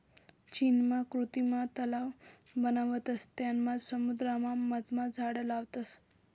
चीनमा कृत्रिम तलाव बनावतस तेनमा समुद्राना मधमा झाड लावतस